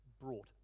brought